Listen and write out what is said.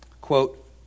Quote